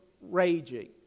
raging